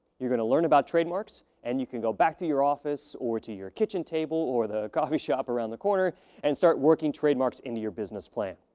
you're going to learn about trademarks. and you can go back to your office or to your kitchen table or the coffee shop around the corner and start working trademarks into your business plan.